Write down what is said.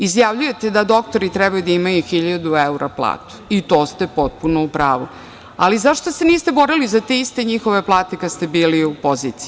Izjavljujete da doktori treba da imaju 1.000 evra platu i to ste potpuno u pravu, ali zašto se niste borili za te iste njihove plate kada ste bili u poziciji?